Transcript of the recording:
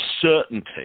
certainty